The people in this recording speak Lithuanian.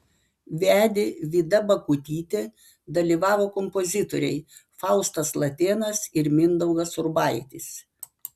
vedė vida bakutytė dalyvavo kompozitoriai faustas latėnas ir mindaugas urbaitis